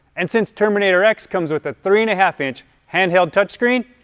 and since terminator x comes with a three and a half-inch handheld touchscreen,